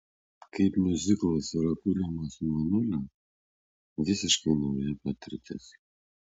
kaip miuziklas yra kuriamas nuo nulio visiškai nauja patirtis